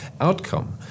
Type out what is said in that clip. outcome